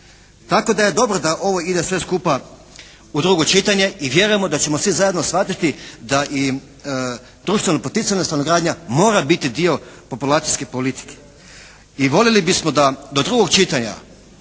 Tako da je dobro da ide ovo sve skupa u drugo čitanje i vjerujemo da ćemo svi zajedno shvatiti da i društveno poticajna stanogradnja mora biti dio populacijske politike. I volili bismo da do drugog čitanja,